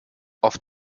auf